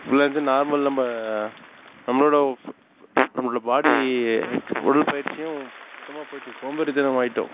முன்னேயாச்சும் normal நம்ம நம்மளோட நம்மள்ல பாடி உடல் பயிற்சியும் சுத்தமாக போய்ட்டு சோம்பேறித்தனமாகிட்டோம்